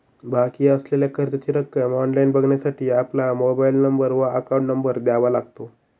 बाकी असलेल्या कर्जाची रक्कम ऑनलाइन बघण्यासाठी आपला मोबाइल नंबर व अकाउंट नंबर द्यावा लागतो